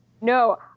no